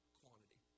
quantity